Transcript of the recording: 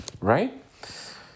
right